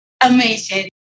amazing